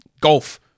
golf